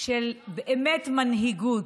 של מנהיגות.